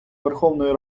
верховної